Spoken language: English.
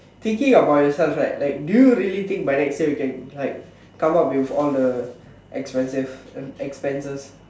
thinking about yourself like like do you really think by next year we can like come out with all the expensive uh expenses